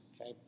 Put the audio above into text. okay